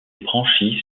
branchies